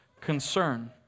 concern